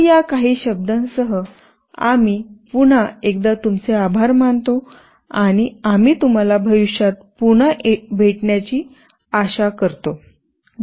तर या काही शब्दांसह आम्ही पुन्हा एकदा तुमचे आभार मानतो आणि आम्ही तुम्हाला भविष्यात पुन्हा भेटण्याची आशा करतो